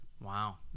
Wow